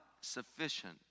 sufficient